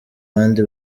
bandi